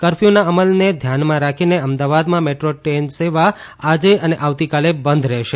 કરફ્યૂના અમલને ધ્યાનમાં રાખીને અમદાવાદના મેટ્રો ટ્રેન સેવા આજે અને આવતીકાલે બંધ રહેશે